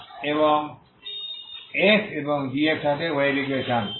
f এবং g এর সাথে ওয়েভ ইকুয়েশন